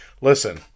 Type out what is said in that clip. Listen